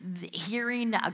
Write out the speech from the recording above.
hearing